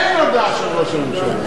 אין הודעה של ראש הממשלה.